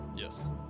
Yes